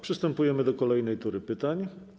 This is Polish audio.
Przystępujemy do kolejnej tury pytań.